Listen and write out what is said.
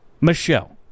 Michelle